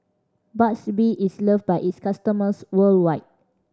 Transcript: Burt's Bee is loved by its customers worldwide